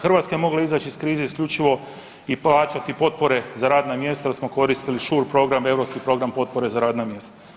Hrvatska je mogla izaći iz krize isključivo i plaćati potpore za radna mjesta jer smo koristili Schure program, europski program potpore za radna mjesta.